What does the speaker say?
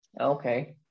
okay